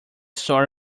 story